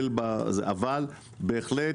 אבל בהחלט,